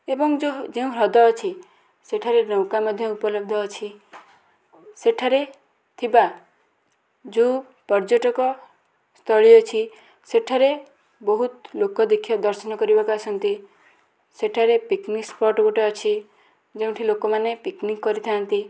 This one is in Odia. ଏବଂ ଯେଉଁ ହ୍ରଦ ଅଛି ସେଠାରେ ନୌକା ମଧ୍ୟ ଉପଲବ୍ଧ ଅଛି ସେଠାରେ ଥିବା ଯେଉଁ ପର୍ଯ୍ୟଟକସ୍ଥଳୀ ଅଛି ସେଠାରେ ବହୁତ ଲୋକ ଦେଖି ଦର୍ଶନ କରିବାକୁ ଆସନ୍ତି ସେଠାରେ ପିକନିକ୍ ସ୍ପଟ୍ ଗୋଟେ ଅଛି ଯେଉଁଠି ଲୋକମାନେ ପିକନିକ୍ କରିଥାନ୍ତି